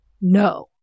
No